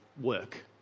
work